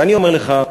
ואני אומר לך,